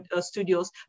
Studios